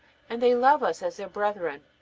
and they love us as their brethren.